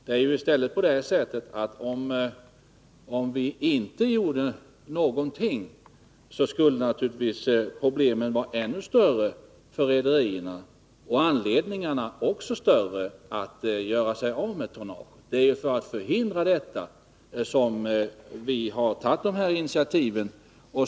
Det är i stället så, att om vi inte gjorde någonting så skulle naturligtvis problemen för rederierna vara ännu större, och därmed skulle de ha större anledning att göra sig av med tonnage. Det är ju för att förhindra detta som vi har tagit dessa initiativ.